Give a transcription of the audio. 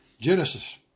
Genesis